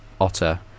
Otter